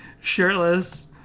shirtless